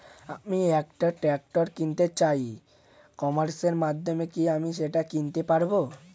আমি একটা ট্রাক্টর কিনতে চাই ই কমার্সের মাধ্যমে কি আমি সেটা কিনতে পারব?